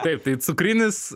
taip tai cukrinis